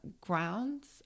grounds